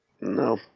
No